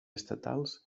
estatals